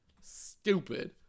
Stupid